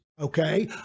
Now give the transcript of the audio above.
okay